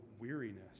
weariness